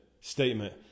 statement